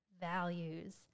values